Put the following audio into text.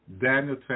Daniel